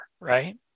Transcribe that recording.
right